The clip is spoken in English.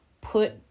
put